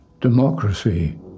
democracy